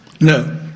No